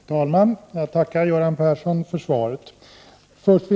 Herr talman! Jag tackar Göran Persson för svaret.